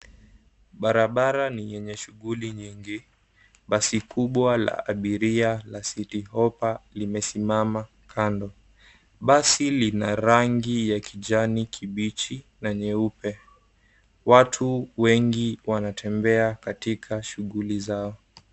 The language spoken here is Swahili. Barabara ni yenye shughuli nyingi. Basi kubwa la abiria la CityHopper limesimama kando. Basi lina rangi ya kijani kibichi na nyeupe. Watu wengi wanatembea katika shughuli zao.